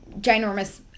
ginormous